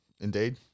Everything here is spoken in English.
indeed